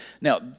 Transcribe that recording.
Now